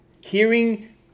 Hearing